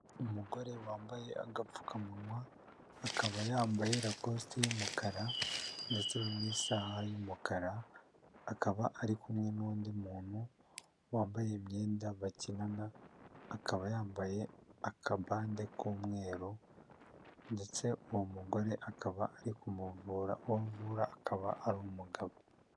Umugore wambaye agapfukamunwa akaba yambaye rakosti y'umukara ndetse n'isaha y'umukara. Akaba ari kumwe n'undi muntu wambaye imyenda bakinana akaba yambaye akabande k'umweru, ndetse uwo mugore akaba ari kumuvura uwovura akaba ari umugabo.